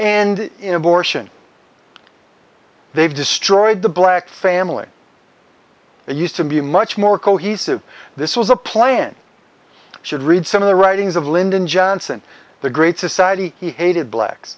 abortion they've destroyed the black family that used to be much more cohesive this was a plan should read some of the writings of lyndon johnson the great society he hated blacks